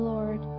Lord